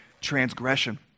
transgression